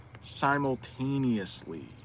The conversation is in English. simultaneously